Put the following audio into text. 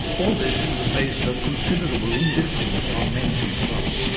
all this in the face of considerable indifference on menzies' part.